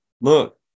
look